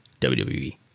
WWE